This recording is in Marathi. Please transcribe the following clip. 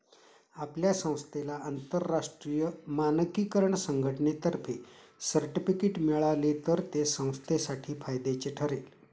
आपल्या संस्थेला आंतरराष्ट्रीय मानकीकरण संघटनेतर्फे सर्टिफिकेट मिळाले तर ते संस्थेसाठी फायद्याचे ठरेल